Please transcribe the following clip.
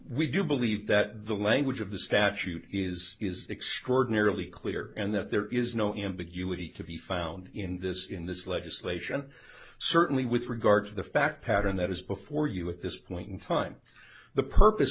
we do believe that the language of the statute is extraordinarily clear and that there is no ambiguity to be found in this in this legislation certainly with regard to the fact pattern that is before you at this point in time the purpose